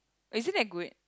is it that good